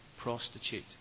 prostitute